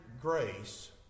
grace